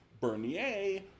Bernier